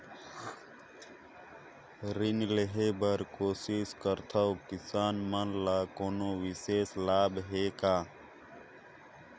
ऋण लेहे बर कोशिश करथवं, किसान मन ल कोनो विशेष लाभ हे का?